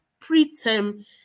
preterm